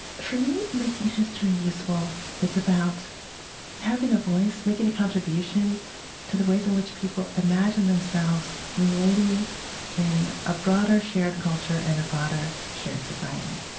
for me, making history useful is about having a voice, making a contribution to the ways in which people imagine themselves relating in a broader shared culture and a broader shared society.